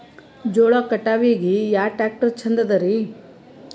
ಜೋಳ ಕಟಾವಿಗಿ ಯಾ ಟ್ಯ್ರಾಕ್ಟರ ಛಂದದರಿ?